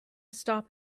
stop